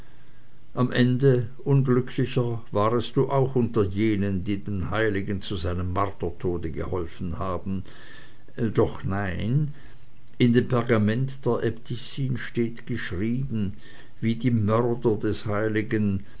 am ende unglücklicher warest auch du unter jenen die dem heiligen zu seinem martertode geholfen haben doch nein in dem pergamente der äbtissin steht geschrieben wie die mörder des heiligen